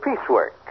piecework